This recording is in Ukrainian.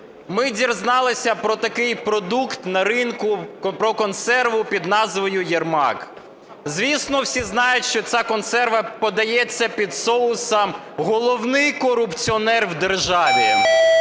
ми дізналися про такий продукт на ринку, про "консерву" під назвою "Єрмак". Звісно, всі знають, що ця "консерва" подається під соусом "головний корупціонер в державі".